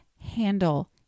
handle